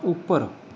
ਉੱਪਰ